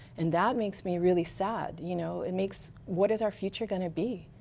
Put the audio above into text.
and that makes me really sad. you know it makes what is our future going to be?